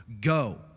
Go